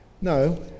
No